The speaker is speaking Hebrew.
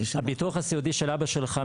שהביטוח הסיעודי של אבא שלך,